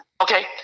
okay